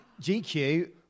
GQ